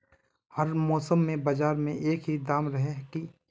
हर मौसम में बाजार में एक ही दाम रहे है की?